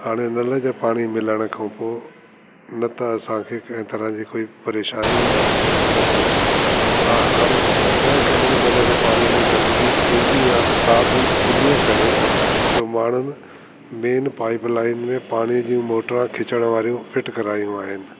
हाणे नल जे पाणी मिलण खां पोइ न त असांखे कंहिं तरह जी कोई परेशानी आहे न कुझु आहे हा हाणे कॾहिं कॾहिं नल जे पाणी में गंदगी ईंदी आहे सां बि इनजे करे जो माण्हुनि मेन पाइपलाइन में पाणी जूं मोटरा खिचण वारियूं फिट करायूं आहिनि